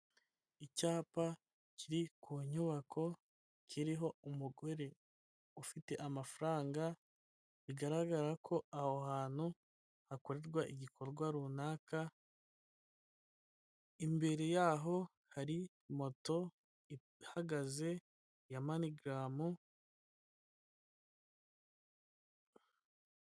Icyapa kiri ku nyubako, kiriho umugore ufite amafaranga bigaragara ko aho hantu hakorerwa igikorwa runaka. Imbere yaho hari moto ihagaze ya manigaramu.